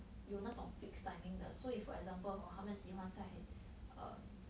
有那种 fixed timing 的所以 for example hor 他们喜欢在 um